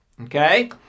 Okay